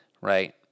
right